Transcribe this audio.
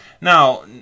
Now